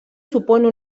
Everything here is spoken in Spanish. supone